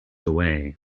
away